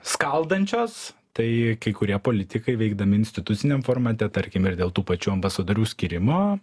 skaldančios tai kai kurie politikai veikdami instituciniam formate tarkim ir dėl tų pačių ambasadorių skyrimo